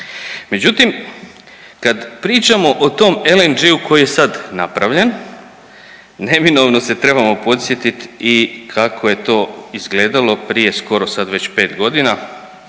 Međutim, kad pričamo o tom LNG koji je sad napravljen neminovno se trebamo podsjetit i kako je to izgledalo prije skoro sad već 5.g.